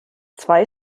zwei